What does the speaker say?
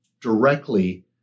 directly